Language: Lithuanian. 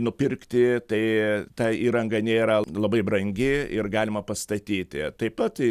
nupirkti tai ta įranga nėra labai brangi ir galima pastatyti taip pat